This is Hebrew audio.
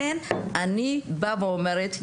לכן אני באה ואומרת,